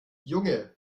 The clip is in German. junge